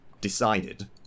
decided